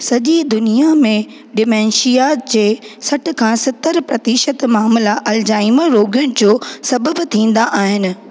सॼी दुनिया में डिमेंशिया जे सठि खां सतरि प्रतिशित मामला अल्जाइमर रोॻु जो सबबु थींदा आहिनि